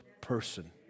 person